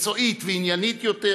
מקצועית ועניינית יותר,